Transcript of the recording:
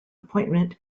appointment